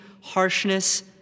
harshness